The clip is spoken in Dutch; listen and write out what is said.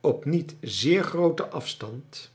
op niet zeer grooten afstand